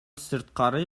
сырткары